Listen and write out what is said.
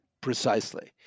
Precisely